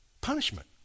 Punishment